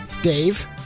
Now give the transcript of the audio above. Dave